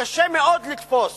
שקשה מאוד לתפוס,